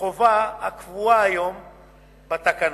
חובה הקבועה היום בתקנות.